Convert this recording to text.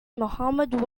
mohammad